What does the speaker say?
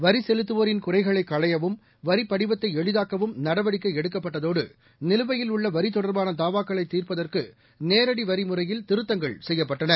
வரிசெலுத்துவோரின் குறைகளையவும் வரிப் படிவத்தைஎளிதாக்கவும் நடவடிக்கைஎடுக்கப்பட்டதோடு நிலுவையில் உள்ளவரிதொடர்பானதாவாக்களைதீர்ப்பதற்குநேரடிவரிமுறையில் திருத்தங்கள் செய்யப்பட்டன